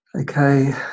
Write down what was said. Okay